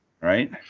right